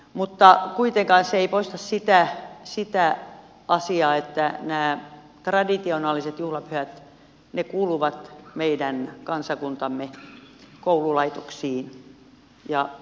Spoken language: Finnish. mutta kuitenkaan se ei poista sitä asiaa että nämä traditionaaliset juhlapyhät kuuluvat meidän kansakuntamme koululaitoksiin ja päiväkoteihin